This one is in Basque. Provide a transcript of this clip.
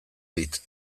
dit